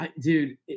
Dude